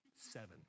Seven